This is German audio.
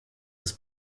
des